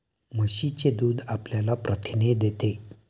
म्हशीचे दूध आपल्याला प्रथिने देते